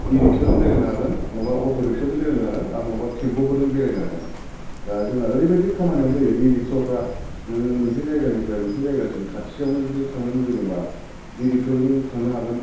E रिक्सजों बेरायनो हागोन नङाबा अट रिक्साजों बेरायनो हागोन नङाबा टेम्पुफोरजों बेरायनो हागोन दा जोंना ओरैबायदि खामानिआव होयो इ रिक्सफ्रा जों मोनसे जायगानिफ्राय मोनसे जायगासिम खाथियावनो जुदि थांनो लुबैदोंबा इ रिक्सजों थांनो हागोन